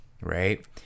right